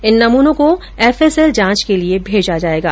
इन नमुनों को F S L जांच के लिए भेजा जाएगा